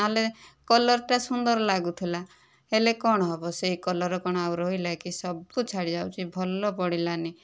ନହେଲେ କଲର୍ଟା ସୁନ୍ଦର ଲାଗୁଥିଲା ହେଲେ କ'ଣ ହେବ ସେ କଲର୍ କ'ଣ ଆଉ ରହିଲା କି ସବୁ ଛାଡ଼ିଯାଉଛି ଭଲ ପଡ଼ିଲାନି